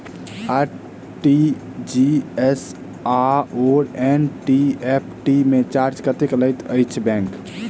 RTGS आओर NEFT मे charge कतेक लैत अछि बैंक?